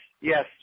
yes